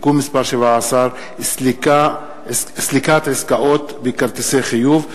(תיקון מס' 17) (סליקת עסקאות בכרטיסי חיוב),